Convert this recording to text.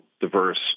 diverse